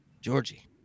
Georgie